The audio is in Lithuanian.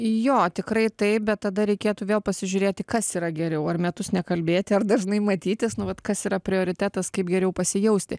jo tikrai taip bet tada reikėtų vėl pasižiūrėti kas yra geriau ar metus nekalbėti ar dažnai matytis nu vat kas yra prioritetas kaip geriau pasijausti